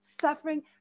suffering